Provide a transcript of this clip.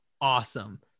awesome